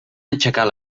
aixecar